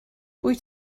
wyt